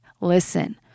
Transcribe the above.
listen